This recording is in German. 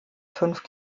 fünf